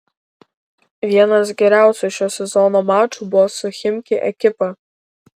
vienas geriausių šio sezono mačų buvo su chimki ekipa